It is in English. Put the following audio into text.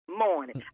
morning